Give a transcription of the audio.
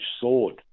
sword